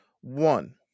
One